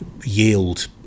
yield